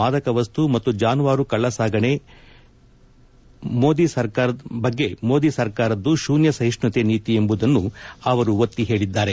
ಮಾದಕ ವಸ್ತು ಮತ್ತು ಜಾನುವಾರು ಕಳ್ಳಸಾಗಣೆ ಮೋದಿ ಸರ್ಕಾರದು ಶೂನ್ಯ ಸಹಿಷ್ಟುತೆ ನೀತಿ ಎಂಬುದನ್ನು ಅವರು ಒತ್ತಿ ಹೇಳಿದರು